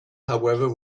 however